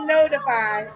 Notify